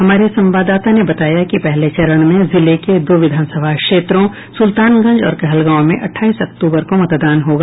हमारे संवाददाता ने बताया कि पहले चरण में जिले के दो विधान सभा क्षेत्रों सुल्तानगंज और कहलगांव में अट्ठाईस अक्तूबर को मतदान होगा